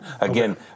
Again